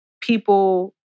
people